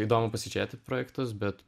įdomu pasižiūrėti projektus bet